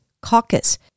Caucus